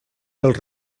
dels